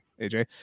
AJ